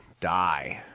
Die